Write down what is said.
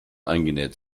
eingenäht